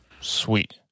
Sweet